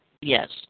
Yes